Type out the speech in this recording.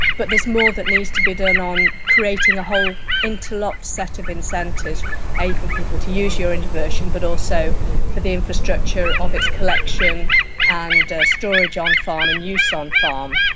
but there's more that needs to be done on creating a whole interlocked set of incentives for people to use urine diversion but also for the infrastructure of its collection and storage on farm and use on farm,